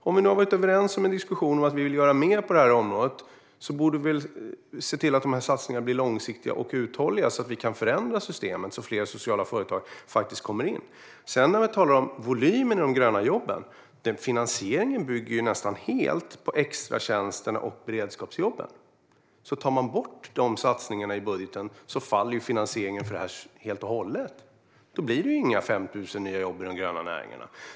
Om vi nu har varit överens om att vi vill göra mer på det här området borde vi väl se till att satsningarna blir långsiktiga och uthålliga, så att vi kan förändra systemet och så att fler sociala företag faktiskt kommer in? Vad gäller volymen för de gröna jobben bygger finansieringen nästan helt på extratjänsterna och beredskapsjobben. Tar man bort de satsningarna i budgeten faller finansieringen för detta helt och hållet, och då blir det inga 5 000 nya jobb i de gröna näringarna.